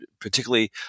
particularly